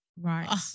right